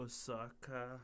Osaka